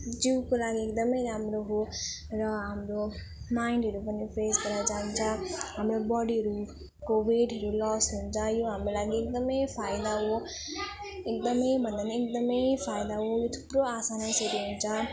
जिउको लागि एकदम राम्रो हो र हाम्रो माइन्डहरू पनि फ्रेस भएर जान्छ हाम्रो बडीहरूको वेटहरू लस हुन्छ यो हाम्रो लागि एकदम फाइदा हो एकदम भन्दा पनि एकदम फाइदा हो यो थुप्रो आसनहरू हुन्छ